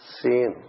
seen